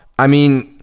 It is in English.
i mean,